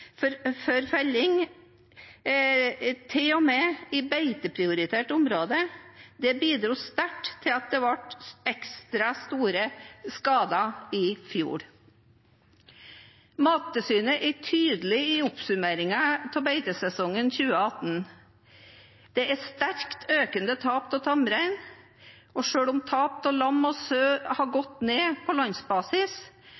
ulv før felling, til og med i beiteprioriterte områder, bidro sterkt til ekstra store skader i fjor. Mattilsynet er tydelig i oppsummeringen av beitesesongen 2018: Det er sterkt økende tap av tamrein. Selv om tap av lam og sau har